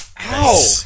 Ow